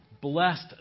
blessed